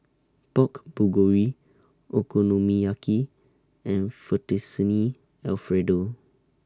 Pork Bulgogi Okonomiyaki and Fettuccine Alfredo